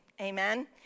Amen